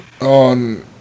on